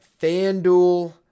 FanDuel